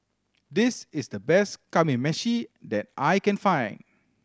this is the best Kamameshi that I can find